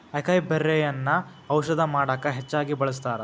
ಅಕೈಬೆರ್ರಿಯನ್ನಾ ಔಷಧ ಮಾಡಕ ಹೆಚ್ಚಾಗಿ ಬಳ್ಸತಾರ